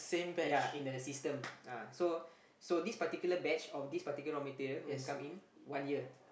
ya in the system uh so so this particular batch of this particular raw material when come in one year